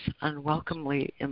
unwelcomely